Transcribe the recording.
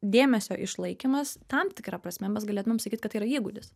dėmesio išlaikymas tam tikra prasme mes galėtumėm sakyt kad tai yra įgūdis